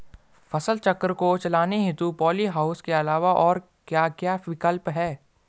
फसल चक्र को चलाने हेतु पॉली हाउस के अलावा और क्या क्या विकल्प हैं?